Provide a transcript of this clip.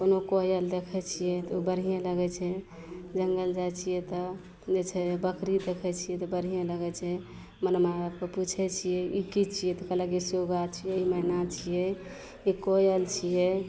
कोनो कोयल देखै छिए ओ बढ़िएँ लगै छै जङ्गल जाइ छिए तऽ जे छै बकरी देखै छिए तऽ बढ़िएँ लगै छै मने माइ आओरसे पुछै छिए ई कि छिए तऽ कहलक जे सुग्गा छिए ई मैना छिए ई कोयल छिए